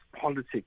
politics